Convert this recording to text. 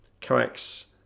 coax